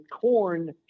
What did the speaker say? corn